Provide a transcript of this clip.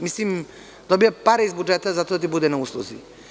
Mislim, dobija pare iz budžeta zato da ti bude na usluzi.